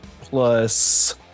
plus